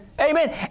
Amen